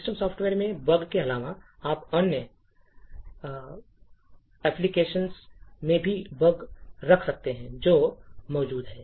system software में bug के अलावा आप अन्य एप्लिकेशन में भी बग रख सकते हैं जो मौजूद हैं